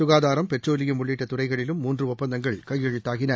சுகாதாரம் பெட்ரோலியம் உள்ளிட்ட துறைகளிலும் மூன்று ஒப்பந்தங்கள் கையெழுத்தாகின